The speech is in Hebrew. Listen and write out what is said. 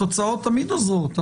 התוצאות תמיד עוזרות,